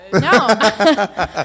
No